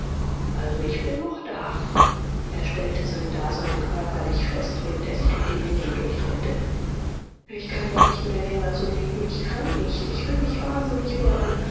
also ich bin noch da er stellte sein dasein körperlich fest während er sich durch die menge hindurchdrängte ich kann doch nicht mehr länger so leben ich kann nicht ich will nicht wahnsinnig werden